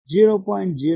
02 0